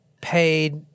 paid